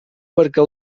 perquè